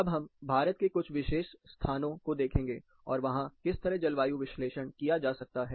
अब हम भारत के कुछ विशेष स्थानों को देखेंगे और वहां किस तरह जलवायु विश्लेषण किया जा सकता है